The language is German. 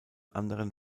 anderen